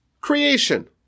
creation